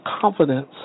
confidence